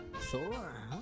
Thor